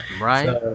Right